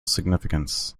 significance